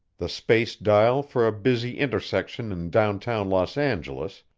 the space-dial for a busy intersection in downtown los angeles,